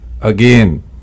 Again